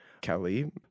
Kelly